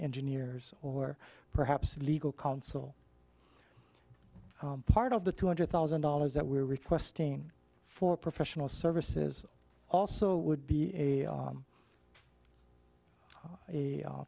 engineers or perhaps legal counsel part of the two hundred thousand dollars that we are requesting for professional services also would be a